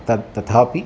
तत् तथापि